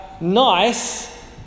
nice